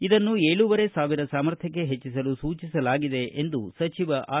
ಇದನ್ನು ಏಳೂವರೆ ಸಾವಿರ ಸಾಮರ್ಥ್ಯಕ್ಕೆ ಹೆಚ್ಚಿಸಲು ಸೂಚಿಸಲಾಗಿದೆ ಎಂದು ಸಚಿವ ಆರ್